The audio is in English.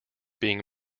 being